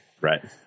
Right